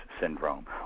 syndrome